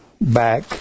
back